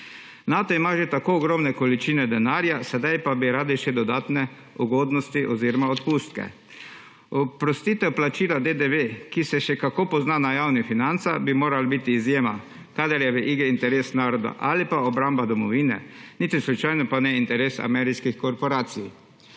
Nato ima že tako ogromne količine denarja, sedaj pa bi radi še dodatne ugodnosti oziroma odpustke. Oprostitev plačila DDV, ki se še kako pozna na javnih financah, bi morala biti izjema, kadar je v igri interes naroda ali pa obramba domovine, niti slučajno pa ne interes ameriških korporacij.